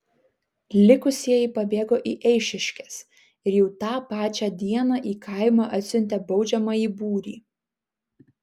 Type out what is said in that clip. likusieji pabėgo į eišiškes ir jau tą pačią dieną į kaimą atsiuntė baudžiamąjį būrį